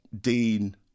Dean